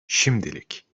şimdilik